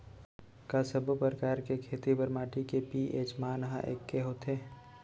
का सब्बो प्रकार के खेती बर माटी के पी.एच मान ह एकै होथे?